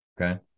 Okay